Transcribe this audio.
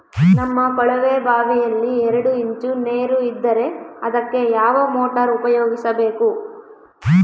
ನಮ್ಮ ಕೊಳವೆಬಾವಿಯಲ್ಲಿ ಎರಡು ಇಂಚು ನೇರು ಇದ್ದರೆ ಅದಕ್ಕೆ ಯಾವ ಮೋಟಾರ್ ಉಪಯೋಗಿಸಬೇಕು?